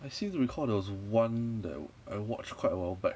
I seem to recall there was one that I I watched quite a while back